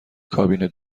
کابین